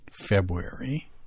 February